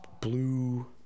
blue